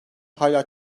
hala